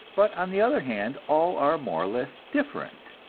but on the other hand all are more or less different.